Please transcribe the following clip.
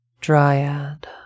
dryad